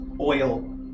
oil